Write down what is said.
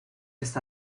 está